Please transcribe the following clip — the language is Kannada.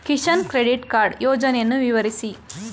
ಕಿಸಾನ್ ಕ್ರೆಡಿಟ್ ಕಾರ್ಡ್ ಯೋಜನೆಯನ್ನು ವಿವರಿಸಿ?